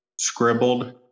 scribbled